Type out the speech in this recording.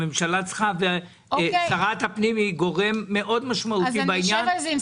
שרת הפנים היא גורם מאוד משמעותי בעניין אז אני אשב על זה עם שר האוצר.